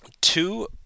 two